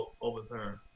overturned